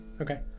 Okay